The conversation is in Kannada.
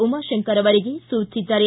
ಉಮಾಶಂಕರ್ ಅವರಿಗೆ ಸೂಚಿಸಿದ್ದಾರೆ